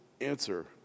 answer